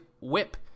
whip